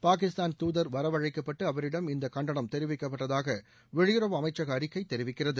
பாகிஸ்தான் தூதர் வரவழைக்கப்பட்டு அவரிடம் இந்த கண்டனம் தெரிவிக்கப்பட்டதாக வெளியுறவு அமைச்சக அறிக்கை தெரிவிக்கிறது